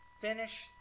finish